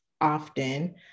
often